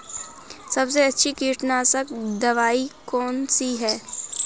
सबसे अच्छी कीटनाशक दवाई कौन सी है?